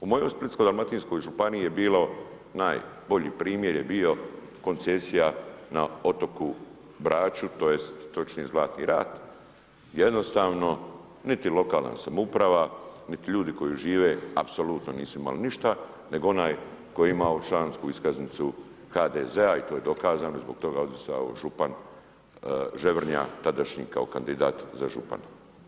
U mojoj Splitsko-dalmatinskoj županiji najbolji primjer je bio koncesija na otoku Braču, tj. točnije Zlatni rat gdje jednostavno niti lokalna samouprava niti ljudi koji žive apsolutno nisu imali ništa nego onaj koji je imao člansku iskaznicu HDZ-a i to je dokazano i zbog toga je odustao župan Ževrnja, tadašnji kao kandidat za župana.